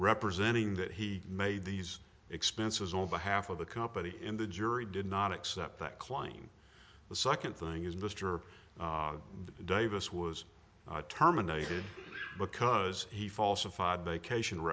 representing that he made these expenses on behalf of the company in the jury did not accept that klein the second thing is mr davis was terminated because he falsified vacation